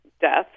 death